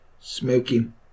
smoking